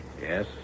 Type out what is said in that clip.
Yes